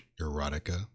Erotica